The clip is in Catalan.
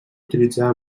utilitzada